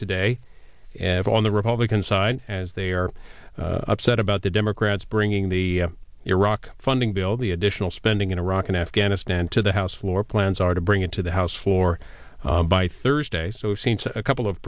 today and on the republican side as they are upset about the democrats bringing the iraq funding bill the additional spending in iraq and afghanistan to the house floor plans are to bring it to the house floor by thursday so seems a couple of